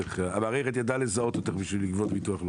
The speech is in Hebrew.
המערכת ידעה לזהות אותך כדי לגבות ביטוח לאומי.